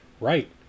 Right